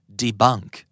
debunk